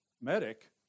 medic